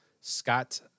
Scott